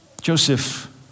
Joseph